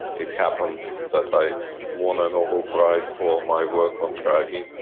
and it happened that i won a nobel prize for my work on graphene.